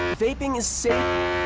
vaping is safer